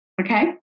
Okay